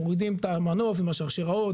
מורידים את המנוף עם השרשראות,